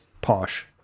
posh